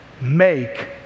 Make